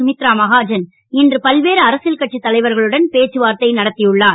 சுமித்ரா மஹாஜன் இன்று பல்வேறு அரசியல் கட்சித் தலைவர்களுடன் பேச்சுவார்த்தை நடத்தியுள்ளார்